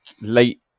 late